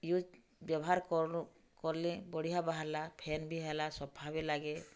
use ବ୍ୟବହାର୍ କରୁ କଲି ବଢ଼ିଆ ବାହାର୍ଲା ପାଏନ୍ ବି ହେଲା ସଫା ବି ଲାଗେ